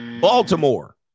Baltimore